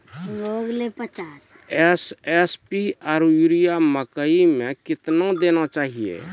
SSP आरु urea मकई मे कितना देना चाहिए?